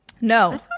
no